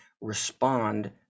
respond